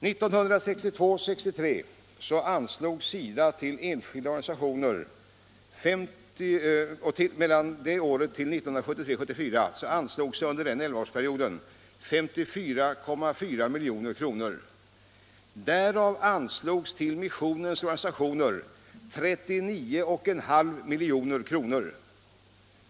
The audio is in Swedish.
SIDA:s anslag till enskilda organisationer under perioden 1962 74 uppgick sammanlagt till 54,4 milj.kr. Därav anslogs till missionsorganisationer 39,5 milj.kr.